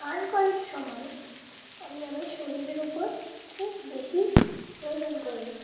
গান করার সময় আমি আমার শরীরের উপর খুব বেশি প্রয়োজন করি